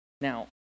Now